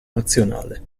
nazionale